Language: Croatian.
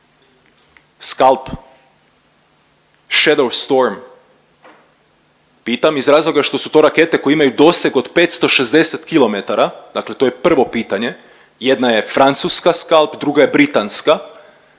SCALP? Shadow Storm? Pitam iz razloga što su to rakete koje imaju doseg od 560 km, dakle to je prvo pitanje, jedna je francuska SCALP, druga je britanska.